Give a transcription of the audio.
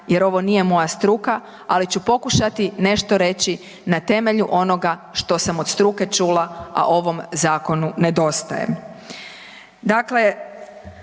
jer ovo nije moja struka, ali ću pokušati nešto reći na temelju onoga što sam od struke čula, a ovom zakonu nedostaje.